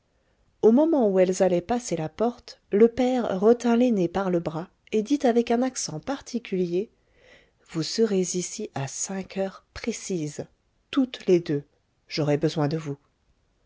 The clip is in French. au moment où elles allaient passer la porte le père retint l'aînée par le bras et dit avec un accent particulier vous serez ici à cinq heures précises toutes les deux j'aurai besoin de vous